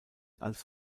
als